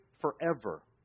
forever